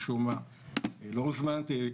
משום מה לא הוזמנתי.